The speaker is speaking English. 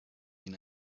been